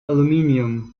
aluminium